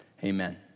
Amen